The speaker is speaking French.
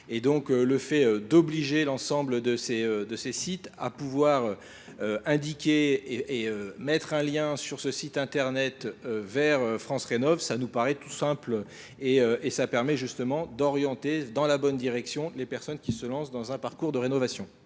le fait d'obliger l'ensemble de ces sites à pouvoir indiquer et mettre un lien sur ce site internet vers France Rénov'ça nous paraît tout simple et ça permet justement d'orienter dans la bonne direction les personnes qui se lancent dans un parcours de rénovation.